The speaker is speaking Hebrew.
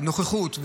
ונוכחות.